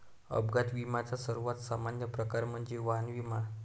अपघात विम्याचा सर्वात सामान्य प्रकार म्हणजे वाहन विमा